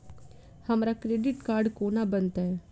हमरा credit card कोना बनतै?